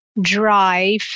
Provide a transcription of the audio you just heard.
drive